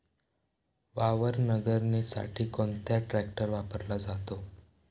वावर नांगरणीसाठी कोणता ट्रॅक्टर वापरला जातो?